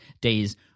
days